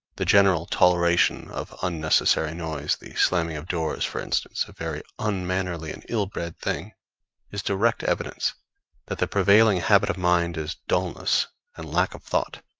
the general toleration of unnecessary noise the slamming of doors, for instance, a very unmannerly and ill-bred thing is direct evidence that the prevailing habit of mind is dullness and lack of thought.